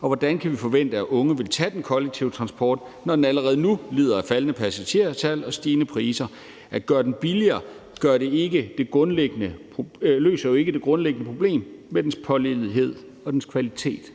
Hvordan kan vi forvente, at unge vil tage den kollektive transport, når den allerede nu lider under faldende passagertal og stigende priser? At gøre den billigere løser jo ikke det grundlæggende problem med dens mangel på pålidelighed og kvalitet.